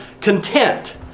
content